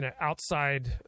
outside